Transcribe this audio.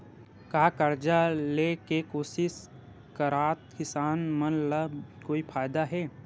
का कर्जा ले के कोशिश करात किसान मन ला कोई फायदा हे?